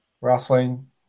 wrestling